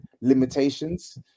limitations